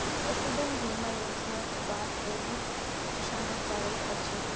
पशुधन बीमा योजनार बार रोहित किसानक जागरूक कर छेक